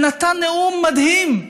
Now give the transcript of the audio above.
ונתן נאום מדהים,